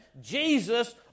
Jesus